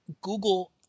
Google